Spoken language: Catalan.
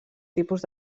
tipus